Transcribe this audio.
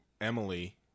Emily